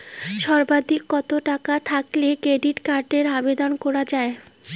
সর্বাধিক কত টাকা থাকলে ক্রেডিট কার্ডের আবেদন করা য়ায়?